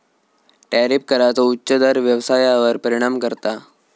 tariff कराचो उच्च दर व्यवसायावर परिणाम करता